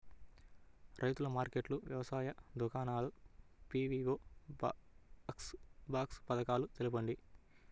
రైతుల మార్కెట్లు, వ్యవసాయ దుకాణాలు, పీ.వీ.ఓ బాక్స్ పథకాలు తెలుపండి?